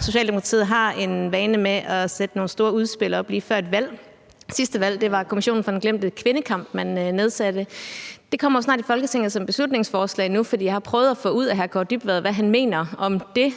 Socialdemokratiet har en vane med at sætte nogle store udspil op lige før et valg. Ved sidste valg var det Kommissionen for den glemte kvindekamp, man nedsatte. Det kommer snart i Folketinget som et beslutningsforslag, for jeg har prøvet at få ud af